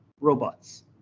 robots